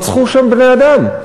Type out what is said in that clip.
רצחו שם בני-אדם.